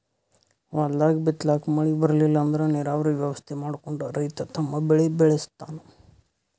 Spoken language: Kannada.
ಹೊಲ್ದಾಗ್ ಬಿತ್ತಲಾಕ್ ಮಳಿ ಬರ್ಲಿಲ್ಲ ಅಂದ್ರ ನೀರಾವರಿ ವ್ಯವಸ್ಥೆ ಮಾಡ್ಕೊಂಡ್ ರೈತ ತಮ್ ಬೆಳಿ ಬೆಳಸ್ತಾನ್